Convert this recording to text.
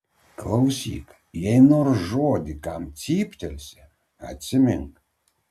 klausyk jei nors žodį kam cyptelsi atsimink